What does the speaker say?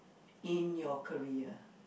in your career